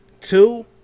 Two